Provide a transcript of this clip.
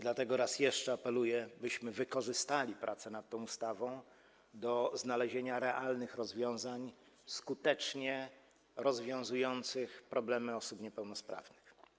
Dlatego raz jeszcze apeluję, byśmy wykorzystali pracę nad tą ustawą do znalezienia realnych rozwiązań skutecznie rozwiązujących problemy osób niepełnosprawnych.